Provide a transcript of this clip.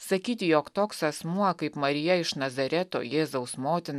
sakyti jog toks asmuo kaip marija iš nazareto jėzaus motina